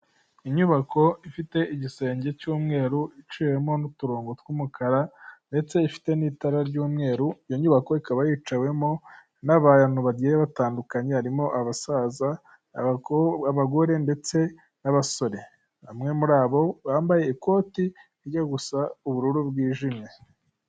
Inyubako ifite igisenge cy'umweru iciwemo n'uturongo tw'umukara ndetse ifite n'itara ry'umweru, iyo nyubako ikaba yicawemo n'abantu bagiye batandukanye harimo abasaza, abagore ndetse n'abasore, bamwe muri abo bambaye ikoti rijya gusa ubururu bwijimye.